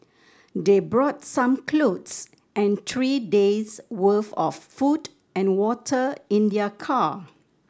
they brought some clothes and three days' worth of food and water in their car